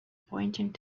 pointing